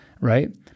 right